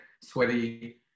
sweaty